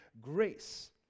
grace